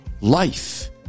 life